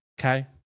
okay